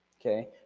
Okay